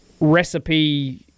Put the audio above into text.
recipe